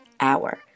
hour